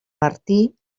martí